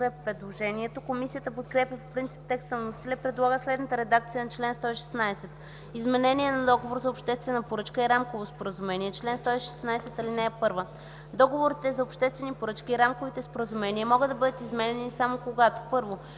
предложението. Комисията подкрепя по принцип текста на вносителя и предлага следната редакция на чл. 116: „Изменение на договор за обществена поръчка и рамково споразумение Чл. 116. (1) Договорите за обществени поръчки и рамковите споразумения могат да бъдат изменяни само когато: 1.